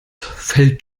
fällt